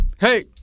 hey